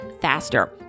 faster